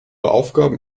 aufgaben